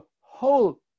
whole